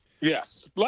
Yes